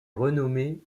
renommée